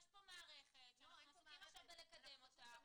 יש כאן מערכת שאנחנו עסוקים עכשיו בלקדם אותה.